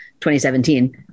2017